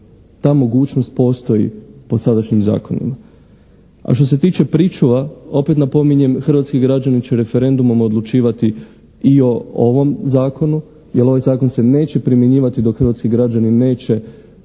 Ta mogućnost postoji po sadašnjim zakonima. A što se tiče pričuva, opet napominjem, hrvatski građani će referendumom odlučivati o ovom Zakonu jer ovaj Zakon se neće primjenjivati dok hrvatski građani neće